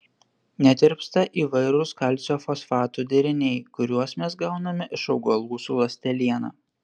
netirpsta įvairūs kalcio fosfatų deriniai kuriuos mes gauname iš augalų su ląsteliena